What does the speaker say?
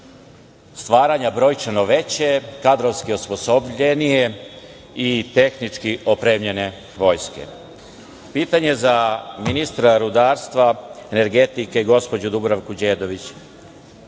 stvaranja brojčano veće, kadrovski osposobljenije i tehnički opremljene vojske. Pitanje za ministra rudarstva i energetike gospođu Dubravku Đedović